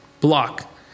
block